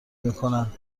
میکنند